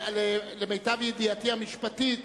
למיטב ידיעתי המשפטית,